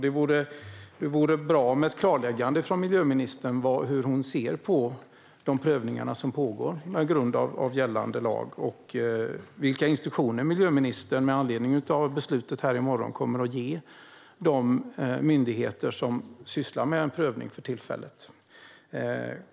Det vore bra med ett klarläggande från miljöministern av hur hon ser på de prövningar som pågår med grund i gällande lag och vilka instruktioner miljöministern med anledning av beslutet i morgon kommer att ge de myndigheter som för tillfället sysslar med en prövning.